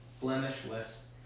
blemishless